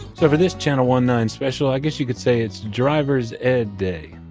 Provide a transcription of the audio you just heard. so for this channel one-nine special, i guess you could say it's driver's ed day,